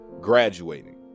graduating